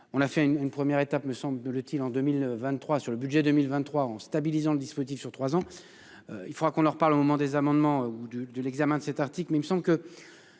On a fait une une première étape me semble le-t-il en 2023 sur le budget 2023 en stabilisant le dispositif sur 3 ans. Il faudra qu'on en reparle au moment des amendements ou de de l'examen de cet article.